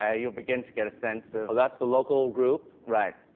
ah you'll begin to get a sense of oh, that's the local group? right.